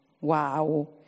wow